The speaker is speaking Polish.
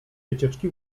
wycieczki